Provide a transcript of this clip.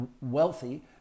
wealthy